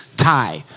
Tie